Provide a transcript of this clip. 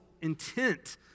intent